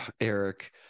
Eric